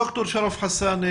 ד"ר שרף חסאן,